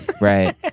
right